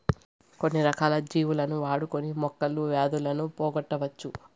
కొన్ని రకాల జీవులను వాడుకొని మొక్కలు వ్యాధులను పోగొట్టవచ్చు